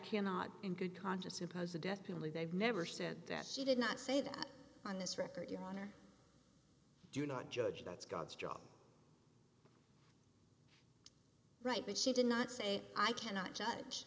cannot in good conscience impose the death penalty they've never said that she did not say that on this record your honor i do not judge that's god's job right but she did not say i cannot judge